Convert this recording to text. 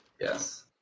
Yes